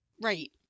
Right